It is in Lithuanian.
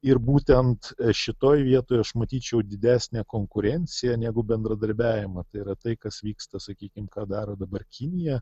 ir būtent šitoj vietoj aš matyčiau didesnę konkurenciją negu bendradarbiavimą tai yra tai kas vyksta sakykim ką daro dabar kinija